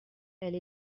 elle